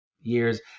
years